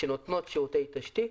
שנותנות שירותי תשתית,